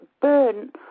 burn